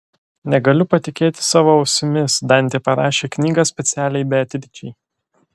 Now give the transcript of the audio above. negaliu patikėti savo ausimis dantė parašė knygą specialiai beatričei